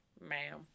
ma'am